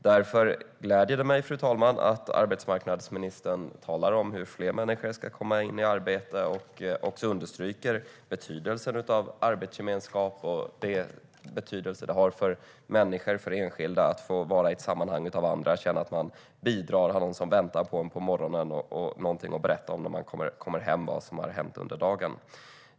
Därför gläder det mig att arbetsmarknadsministern talar om hur fler människor ska komma in i arbete och också understryker betydelsen av arbetsgemenskap och den betydelse det har för enskilda människor att få vara i ett sammanhang av andra och känna att man bidrar - att man har någon som väntar på en på morgonen och att man har något att berätta om när man kommer hem på kvällen.